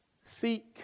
Seek